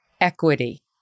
equity